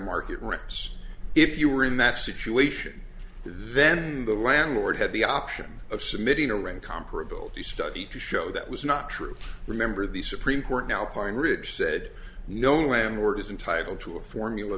market rents if you were in that situation then the landlord had the option of submitting a rent comparable to study to show that was not true remember the supreme court now part of ridge said no landlord is entitled to a formula